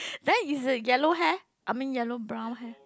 then is a yellow hair I mean yellow brown hair